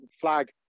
flag